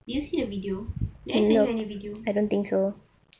did you see the video did I send you any video